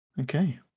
Okay